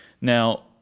Now